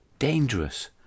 dangerous